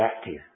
active